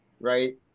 right